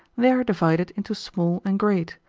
they are divided into small and great,